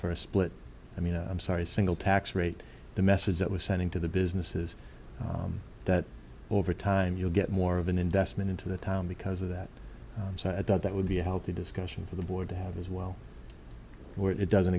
for a split i mean i'm sorry single tax rate the message that we're sending to the businesses that over time you'll get more of an investment into the town because of that and so i thought that would be a healthy discussion for the board to have as well where it doesn't